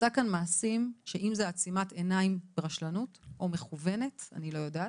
עשתה כאן מעשים שאם זה עצימת עיניים ברשלנות או מכוונת - אני לא יודעת.